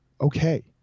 okay